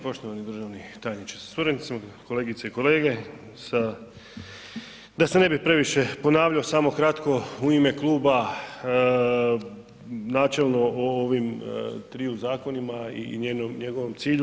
Poštovani državni tajniče sa suradnicima, kolegice i kolege sa, da se ne bi previše ponavljao samo kratko, u ime kluba načelno o ovim triju zakonima i njegovom cilju.